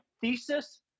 thesis